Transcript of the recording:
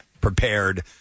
prepared